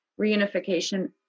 reunification